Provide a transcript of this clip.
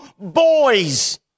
boys